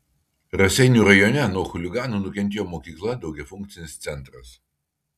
raseinių rajone nuo chuliganų nukentėjo mokykla daugiafunkcinis centras